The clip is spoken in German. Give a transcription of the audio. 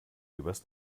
übers